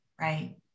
right